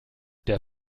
der